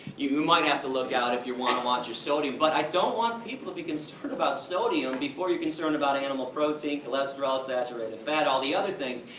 you might have to look out if you wanna watch your sodium. but i don't want people to be concerned about sodium before you're concerned about animal protein, cholesterol, saturated fat, all the other things.